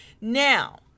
Now